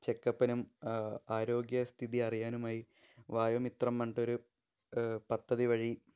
ചെക്കപ്പിനും ആരോഗ്യസ്ഥിതി അറിയാനുമായി വയോമിത്രം പറഞ്ഞിട്ടൊരു പദ്ധതി വഴി